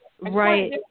Right